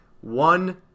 One